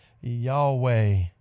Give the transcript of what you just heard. Yahweh